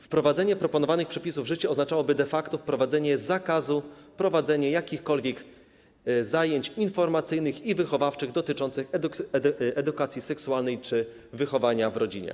Wprowadzenie proponowanych przepisów w życie oznaczałoby de facto wprowadzenie zakazu prowadzenia jakichkolwiek zajęć informacyjnych i wychowawczych dotyczących edukacji seksualnej czy wychowania w rodzinie.